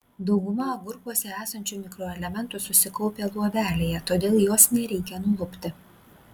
dauguma agurkuose esančių mikroelementų susikaupę luobelėje todėl jos nereikia nulupti